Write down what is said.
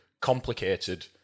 complicated